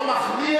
אתכם הוא לא הוציא,